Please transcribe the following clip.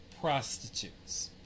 prostitutes